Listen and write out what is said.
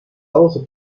also